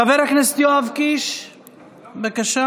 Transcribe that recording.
חבר הכנסת יואב קיש, בבקשה.